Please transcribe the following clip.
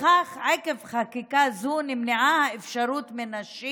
כך, עקב חקיקה זו, נמנעה האפשרות מנשים